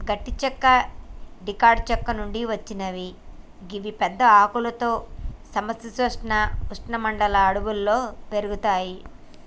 గట్టి చెక్క డికాట్ చెట్ల నుంచి వచ్చినవి గివి పెద్ద ఆకులతో సమ శీతోష్ణ ఉష్ణ మండల అడవుల్లో పెరుగుతయి